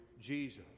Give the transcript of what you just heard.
Jesus